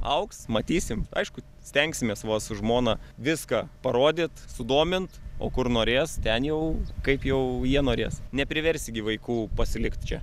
augs matysim aišku stengsimės va su žmona viską parodyt sudomint o kur norės ten jau kaip jau jie norės nepriversi gi vaikų pasilikt čia